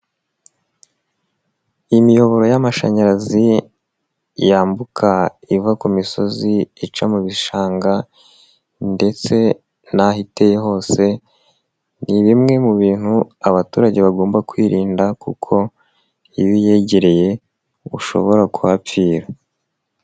Imiyoboro y'amashanyarazi yambuka iva ku misozi ica mu bishanga ndetse n'aho iteye hose ni bimwe mu bintu abaturage bagomba kwirinda kuko iyo uyegereye ushobora kuhapfira.